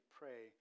pray